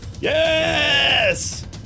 Yes